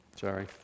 Sorry